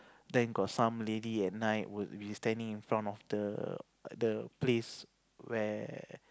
then got some lady at night will be standing in front of the place where